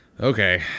Okay